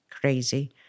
crazy